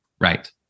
Right